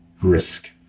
risk